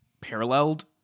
paralleled